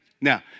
Now